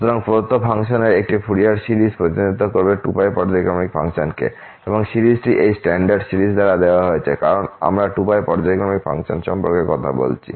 সুতরাং প্রদত্ত ফাংশনের একটি ফুরিয়ার সিরিজ প্রতিনিধিত্ব করবে 2π পর্যায়ক্রমিক ফাংশনকে এবং সিরিজটি এই স্ট্যান্ডার্ড সিরিজ দ্বারা দেওয়া হয়েছে কারণ আমরা 2π পর্যায়ক্রমিক ফাংশন সম্পর্কে কথা বলছি